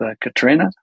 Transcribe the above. Katrina